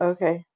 Okay